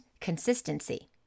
consistency